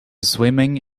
swimming